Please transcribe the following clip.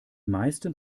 meisten